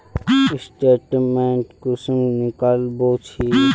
Statement कुंसम निकलाबो छी?